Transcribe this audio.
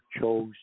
chose